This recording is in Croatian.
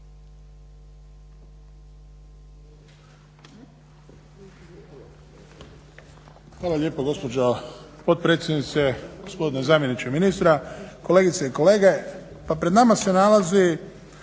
Hvala lijepo gospođo potpredsjednice. Gospodine zamjeniče ministra, kolegice i kolege. Pred nama se nalazi